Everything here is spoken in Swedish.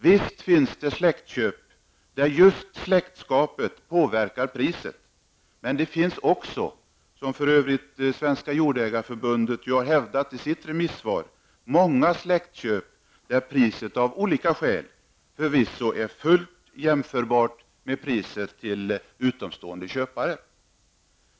Visst finns det släktköp där just släktskapet påverkar priset, men det finns också, som för övrigt Svenska jordägareförbundet hävdar i sitt remissvar, många släktköp där priset av olika skäl förvisso är fullt jämförbart med priset för utomstående köpare.